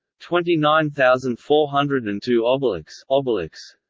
twenty nine thousand four hundred and two obelix obelix